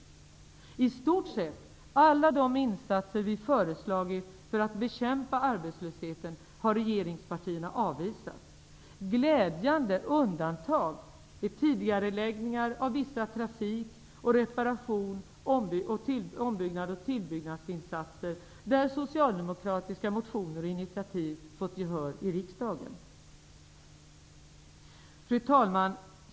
Regeringspartierna har avvisat i stort sett alla de insatser som vi har föreslagit för att bekämpa arbetslösheten. Glädjande undantag är tidigareläggningar av vissa trafik , reparations-, ombyggnads och tillbyggnadsinsatser där socialdemokratiska motioner och initiativ har fått gehör i riksdagen. Fru talman!